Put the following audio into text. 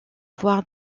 voir